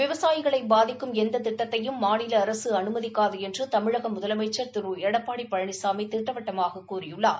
விவசாயிகளை பாதிக்கும் எந்த திட்டத்தையும் மாநில அரசு அனுமதிக்காது என்று தமிழக முதலமைச்சர் திரு எடப்பாடி பழனிசாமி திட்டவட்டமாகத் கூறியுள்ளார்